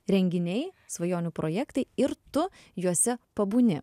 renginiai svajonių projektai ir tu juose pabūni